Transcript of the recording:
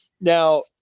Now